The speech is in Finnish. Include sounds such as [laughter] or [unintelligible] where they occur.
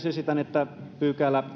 [unintelligible] esitän että kuudeskymmenesseitsemäs pykälä [unintelligible]